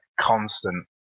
constant